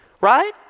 right